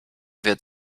wird